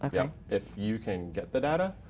um yeah, if you can get the data,